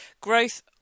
growth